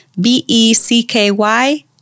B-E-C-K-Y-